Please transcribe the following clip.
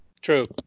True